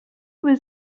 was